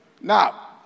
Now